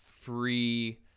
free